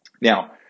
Now